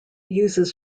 uses